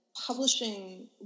publishing